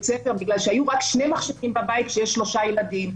הספר בגלל שהיו רק שני מחשבים בבית כשיש שלושה ילדים,